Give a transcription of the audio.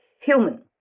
human